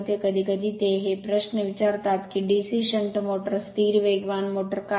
कधीकधी ते हे प्रश्न विचारतात की DC शंट मोटर स्थिर वेगवान मोटर का असते